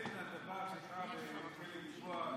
הדבר שקרה בכלא גלבוע,